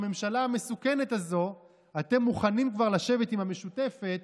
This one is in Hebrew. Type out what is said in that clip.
בממשלה המסוכנת הזאת אתם מוכנים כבר לשבת עם המשותפת,